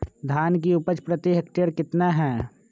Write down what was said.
धान की उपज प्रति हेक्टेयर कितना है?